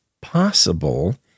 possible